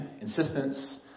insistence